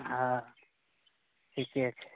हँ ठीके छै